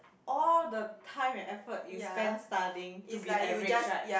all the time and effort you spends studying to be average right